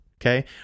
Okay